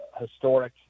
historic